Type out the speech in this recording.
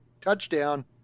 Touchdown